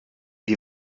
die